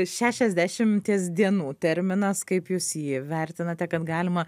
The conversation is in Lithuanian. šešiasdešimties dienų terminas kaip jūs jį vertinate kad galima